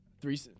three